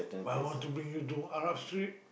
but I want to bring you to Arab Street